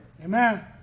Amen